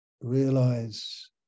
realize